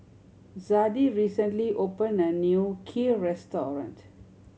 Zadie recently opened a new Kheer restaurant